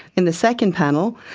in the second panel,